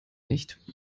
nicht